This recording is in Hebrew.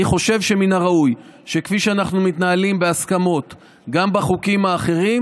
אני חושב שמן הראוי שכפי שאנחנו מתנהלים בהסכמות גם בחוקים האחרים,